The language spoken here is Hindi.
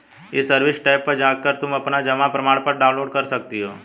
ई सर्विस टैब पर जाकर तुम अपना जमा प्रमाणपत्र डाउनलोड कर सकती हो